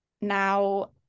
now